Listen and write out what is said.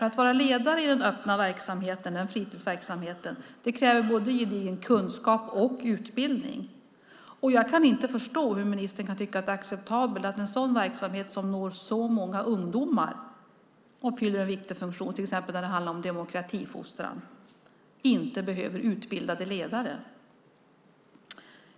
Att vara ledare i den öppna fritidsverksamheten kräver både gedigen kunskap och utbildning. Jag kan inte förstå hur ministern kan tycka att det är acceptabelt att en verksamhet som når så många ungdomar och fyller en viktig funktion, till exempel när det handlar om demokratifostran, inte behöver utbildade ledare.